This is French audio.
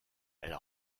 elle